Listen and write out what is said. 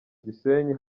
gisenyi